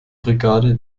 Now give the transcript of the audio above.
brigade